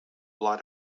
lot